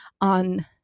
on